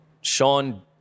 Sean